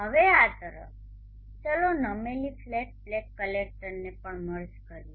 હવે આ તરફ ચાલો નમેલી ફ્લેટ પ્લેટ કલેક્ટરને પણ મર્જ કરીએ